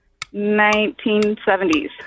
1970s